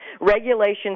Regulations